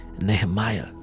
nehemiah